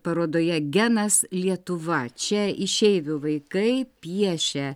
parodoje genas lietuva čia išeivių vaikai piešia